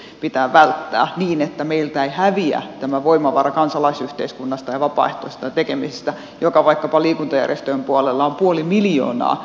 nyt tämä törmäyskurssi pitää välttää niin että meiltä ei häviä tämä voimavara kansalaisyhteiskunnasta ja vapaaehtoisesta tekemisestä joka vaikkapa liikuntajärjestöjen puolella on puoli miljoonaa ihmistä viikoittain